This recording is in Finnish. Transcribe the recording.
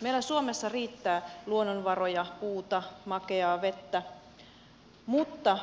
meillä suomessa riittää luonnonvaroja puuta makeaa vettä mutta